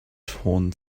torn